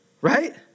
right